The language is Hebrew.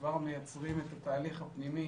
כבר מייצרים את התהליך הפנימי